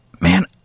Man